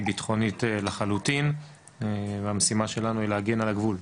ביטחונית לחלוטין והמשימה שלנו היא להגן על הגבול.